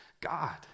god